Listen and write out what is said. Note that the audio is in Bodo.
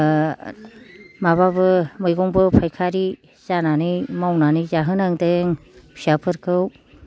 माबाबो मैगंबो फाइखारि जानानै मावनानै जाहोनांदों फिसाफोरखौ